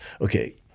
okay